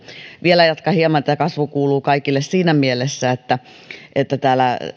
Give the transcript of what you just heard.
vielä jatkan hieman tästä kasvu kuuluu kaikille ajatuksesta siinä mielessä kun